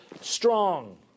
strong